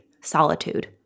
solitude